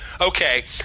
okay